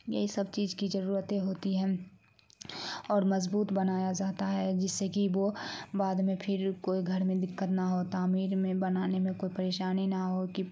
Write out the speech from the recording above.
یہی سب چیز کی ضرورتیں ہوتی ہیں اور مضبوط بنایا جاتا ہے جس سے کہ بوہ بعد میں پھر کوئی گھر میں دقت نہ ہو تعمیر میں بنانے میں کوئی پریشانی نہ ہو کہ